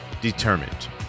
Determined